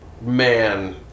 Man